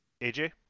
AJ